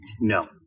No